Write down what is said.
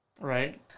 Right